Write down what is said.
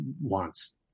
wants